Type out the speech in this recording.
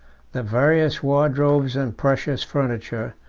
the various wardrobes and precious furniture,